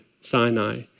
Sinai